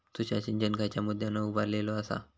तुषार सिंचन खयच्या मुद्द्यांवर उभारलेलो आसा?